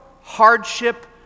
hardship